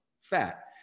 fat